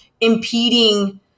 impeding